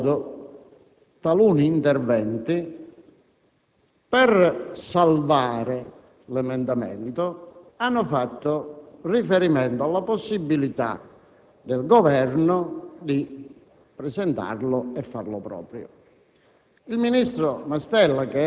si parla di interpretazioni regolamentari ed è anche un fatto culturale, oltre che piacevole. Tuttavia, Presidente, a parte gli arzigogoli che possono servire per avvantaggiare questa o quella tesi, questa o quella parte,